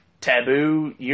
taboo